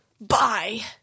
Bye